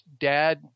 dad